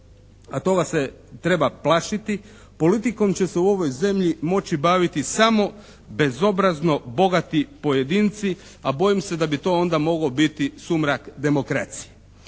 a to vas se treba plašiti, politikom će se u ovoj zemlji moći baviti samo bezobrazno bogati pojedinci, a bojim se da bi to onda mogao biti sumrak demokracije.